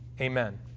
amen